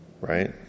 Right